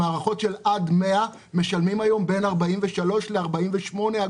במערכות של עד 100 קילו-ואט משלמים היום בין 43 48 אגורות.